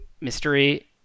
mystery